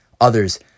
others